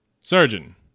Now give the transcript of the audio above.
Surgeon